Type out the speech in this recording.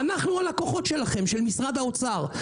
ואנחנו הלקוחות שלכם, של משרד האוצר.